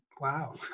Wow